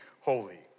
holy